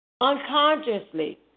Unconsciously